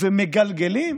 ומגלגלים